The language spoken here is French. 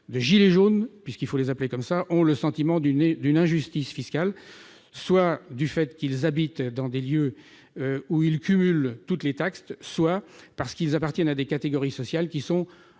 « gilets jaunes », puisqu'il faut les appeler ainsi, ont le sentiment d'une injustice fiscale, soit parce qu'ils habitent dans des lieux où ils cumulent toutes les taxes, soit parce qu'ils appartiennent à des catégories sociales qui sont